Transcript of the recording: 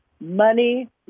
money